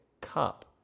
cup